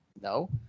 No